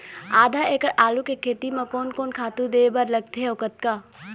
आधा एकड़ आलू के खेती म कोन कोन खातू दे बर लगथे अऊ कतका?